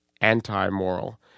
anti-moral